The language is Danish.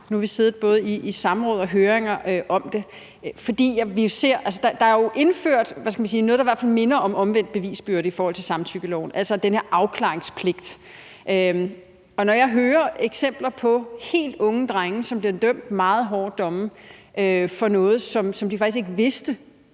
Nu har vi siddet i både samråd og høringer om det. Der er jo indført noget, der i hvert fald minder om omvendt bevisbyrde i forhold til samtykkeloven, altså den her afklaringspligt. Og når jeg hører eksempler på helt unge drenge, som får meget hårde domme for noget, som de faktisk ikke vidste